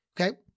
okay